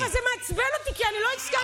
אבל זה מעצבן אותי, כי אני לא הסכמתי.